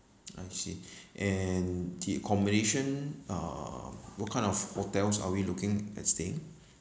I see and the accommodation uh what kind of hotels are we looking at staying